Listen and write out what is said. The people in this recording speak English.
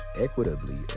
equitably